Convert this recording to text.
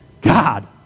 God